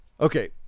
okay